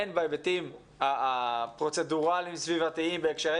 הן בהיבטים הפרוצדורליים סביבתיים בהקשרי